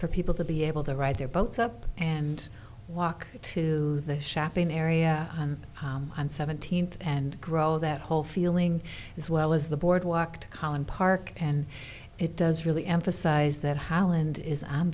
for people to be able to ride their boats up and walk to the shopping area on seventeenth and grow that whole feeling as well as the boardwalk to collin park and it does really emphasize that holland is on